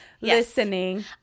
Listening